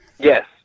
Yes